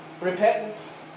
repentance